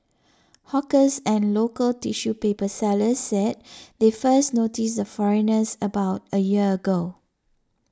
hawkers and local tissue paper sellers said they first noticed the foreigners about a year ago